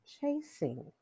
chasing